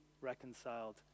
reconciled